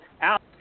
out